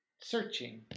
Searching